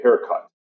haircut